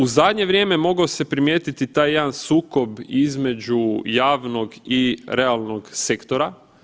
U zadnje vrijeme mogao se primijetiti taj jedan sukob između javnog i realnog sektora.